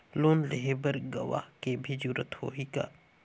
Loan लेहे बर गवाह के भी जरूरत होही का?